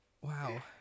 Wow